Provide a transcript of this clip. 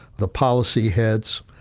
the policy heads,